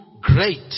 great